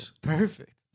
Perfect